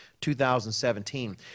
2017